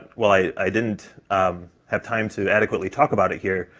while i i didn't um have time to adequately talk about it here,